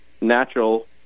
natural